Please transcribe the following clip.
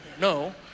no